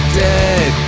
dead